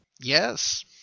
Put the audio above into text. Yes